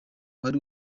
wari